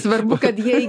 svarbu kad jei